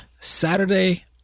Saturday